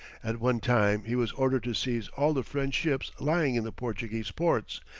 at one time he was ordered to seize all the french ships lying in the portuguese ports,